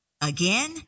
again